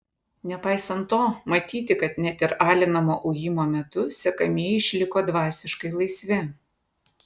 nepaisant to matyti kad net ir alinamo ujimo metu sekamieji išliko dvasiškai laisvi